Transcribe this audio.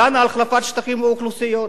דנה על החלפת שטחים ואוכלוסיות.